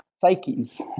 psyches